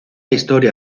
historia